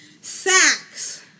sacks